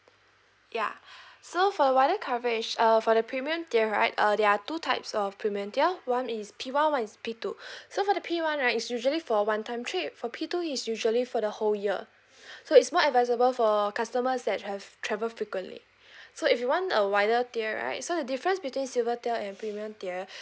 ya so for wider coverage err for the premium tier right uh there are two types of premium tier one is P one one is P two so for the P one right is usually for one time trip for P two is usually for the whole year so it's more advisable for customers that have travel frequently so if you want a wider tier right so the difference between silver tier and premium tier